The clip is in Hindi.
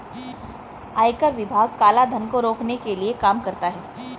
आयकर विभाग काला धन को रोकने के लिए काम करता है